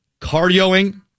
cardioing